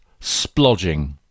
Splodging